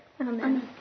Amen